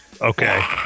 okay